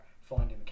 finding